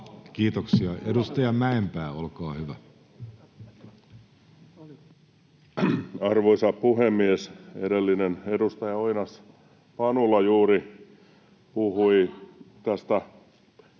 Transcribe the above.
Kiitoksia. — Edustaja Mäenpää, olkaa hyvä. Arvoisa puhemies! Edellinen edustaja Oinas-Panula juuri [Olga